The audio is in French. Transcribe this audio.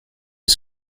est